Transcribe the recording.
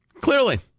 Clearly